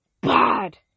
bad